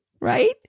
right